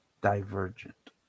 divergent